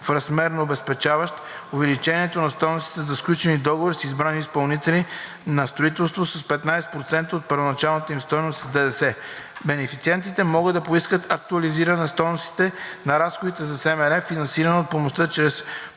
в размер на обезпечаващ увеличението на стойностите за сключени договори с избрани изпълнители на строителство с 15% от първоначалната им стойност с ДДС. Бенефициентите могат да поискат актуализиране на стойностите, на разходите за СМР, финансирано от помощта чрез